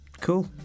Cool